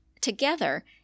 together